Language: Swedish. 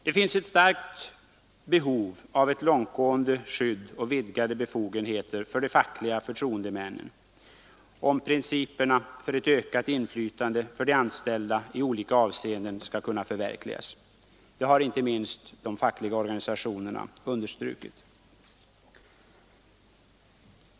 Det finns ett starkt behov av ett långtgående skydd och vidgade befogenheter för de fackliga förtroendemännen, om principerna för ett ökat inflytande för de anställda i olika avseenden skall kunna förverkligas. Det har inte minst de fackliga organisationerna understrukit.